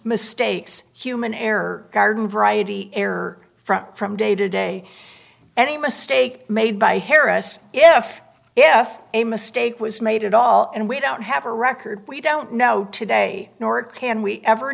mistakes human error garden variety error from from day to day any mistake made by harris if if a mistake was made at all and we don't have a record we don't know today nor can we ever